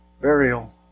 burial